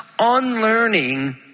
unlearning